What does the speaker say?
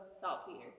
saltpeter